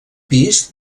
pis